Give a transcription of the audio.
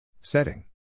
Setting